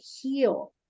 heal